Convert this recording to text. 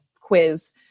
quiz